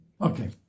Okay